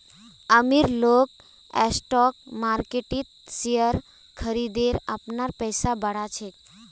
अमीर लोग स्टॉक मार्किटत शेयर खरिदे अपनार पैसा बढ़ा छेक